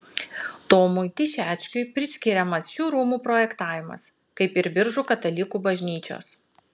tomui tišeckiui priskiriamas šių rūmų projektavimas kaip ir biržų katalikų bažnyčios